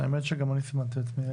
האמת שגם אני סימנתי את זה.